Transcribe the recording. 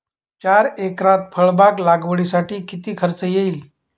चार एकरात फळबाग लागवडीसाठी किती खर्च येईल?